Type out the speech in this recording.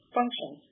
function